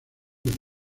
del